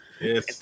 Yes